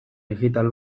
digital